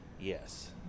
Yes